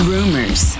Rumors